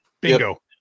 bingo